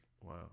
Wow